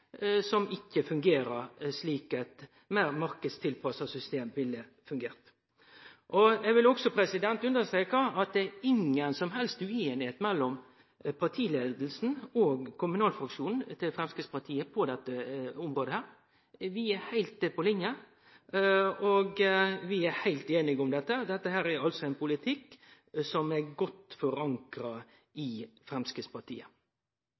som ikkje fungerer slik eit meir marknadstilpassa system ville fungert. Eg vil også understreke at det er ingen som helst ueinigheit mellom partileiinga og kommunalfraksjonen til Framstegspartiet på dette området. Vi er heilt på linje, vi er heilt einige om dette. Dette er ein politikk som er godt forankra i Framstegspartiet.